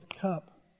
cup